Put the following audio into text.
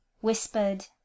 whispered